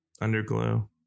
Underglow